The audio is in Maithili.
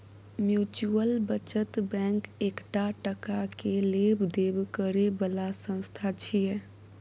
म्यूच्यूअल बचत बैंक एकटा टका के लेब देब करे बला संस्था छिये